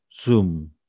Zoom